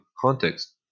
context